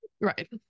Right